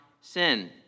sin